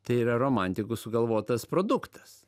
tai yra romantikų sugalvotas produktas